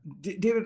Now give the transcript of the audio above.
David